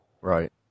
Right